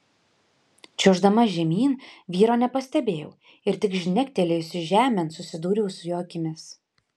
čiuoždama žemyn vyro nepastebėjau ir tik žnektelėjusi žemėn susidūriau su jo akimis